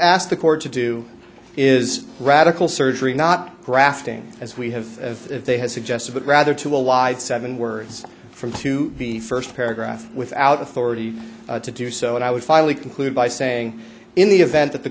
asked the court to do is radical surgery not grafting as we have if they had suggested but rather to a wide seven words from to the first paragraph without authority to do so and i would finally conclude by saying in the event th